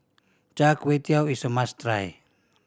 Char Kway Teow is a must try